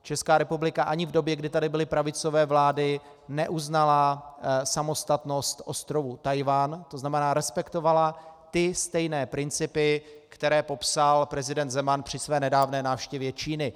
Česká republika ani v době, kdy tady byly pravicové vlády, neuznala samostatnost ostrova Tchajwan, to znamená respektovala stejné principy, které popsal prezident Zeman při své nedávné návštěvě Číny.